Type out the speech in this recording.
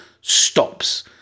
stops